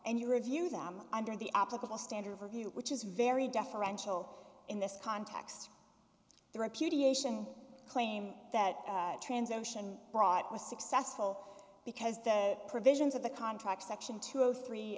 and you review them under the applicable standard of review which is very deferential in this context the repudiation claim that trans ocean brought was successful because the provisions of the contract section two zero three